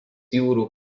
jūrų